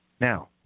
Now